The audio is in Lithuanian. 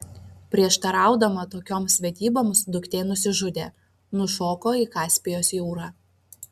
prieštaraudama tokioms vedyboms duktė nusižudė nušoko į kaspijos jūrą